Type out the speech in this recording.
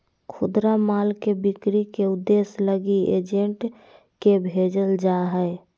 खुदरा माल के बिक्री के उद्देश्य लगी एजेंट के भेजल जा हइ